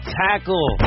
tackle